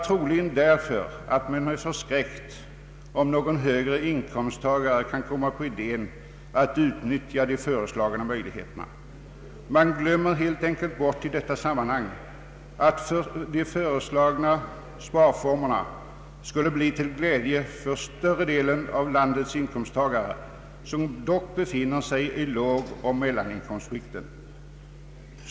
Troligen är det därför att det anses förskräckligt om någon med hög inkomst skulle komma på idén att utnyttja de föreslagna möjligheterna. Det glöms helt enkelt bort i detta sammanhang att de föreslagna sparformerna skulle bli till glädje för större delar av landets inkomsttagare, som dock befinner sig i lågoch mellaninkomstskikten.